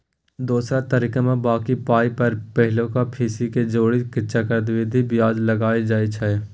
दोसर तरीकामे बॉकी पाइ पर पहिलुका फीस केँ जोड़ि केँ चक्रबृद्धि बियाज लगाएल जाइ छै